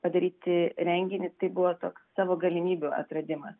padaryti renginį tai buvo toks savo galimybių atradimas